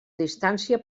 distància